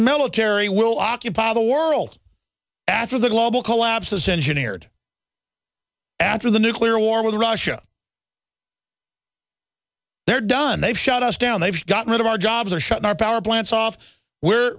military will occupy the world after the global collapses engineered after the nuclear war with russia they're done they've shut us down they've got rid of our jobs are shutting our power plants off we're